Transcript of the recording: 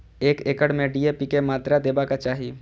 एक एकड़ में डी.ए.पी के मात्रा देबाक चाही?